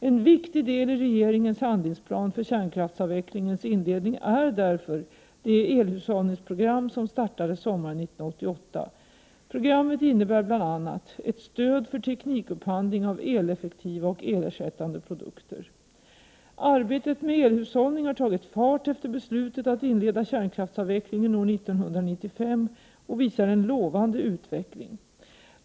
En viktig del i regeringens handlingsplan för kärnkraftsavvecklingens inledning är därför det elhushållningsprogram som startade sommaren 1988. Programmet innebär bl.a. ett stöd för teknikupphandling av eleffektiva och elersättande produkter. 35 Arbetet med elhushållning har tagit fart efter beslutet att inleda kärnkraftsavvecklingen år 1995 och visar en lovande utveckling.